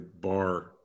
bar